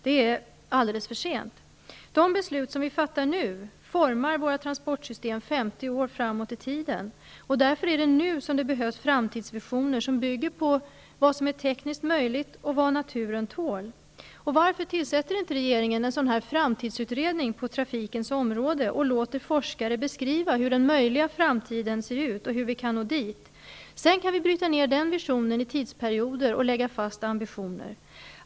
Det är alldeles för sent. De beslut som vi nu fattar, formar våra transportsystem 50 år framåt i tiden. Därför behövs det framtidsvisioner som bygger på vad som är tekniskt möjligt och vad naturen tål. Varför tillsätter inte regeringen en framtidsutredning på trafikens område? Varför låter man inte forskare beskriva hur den möjliga framtiden ser ut och hur vi kan nå dit? Sedan kan vi bryta ner den visionen i tidsperioder och lägga fast ambitioner.